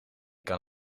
kan